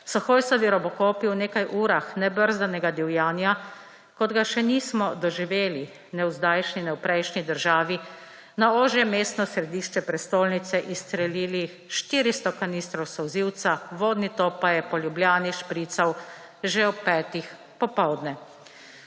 so Hojsovi robocopi v nekaj urah nebrzdanega divjanja, kot ga še nismo doživeli ne v zdajšnji ne v prejšnji državi, na ožje mestno središče prestolnice izstrelili 400 kanistrov solzivca, vodni top pa je po Ljubljani šprical že ob petih popoldne.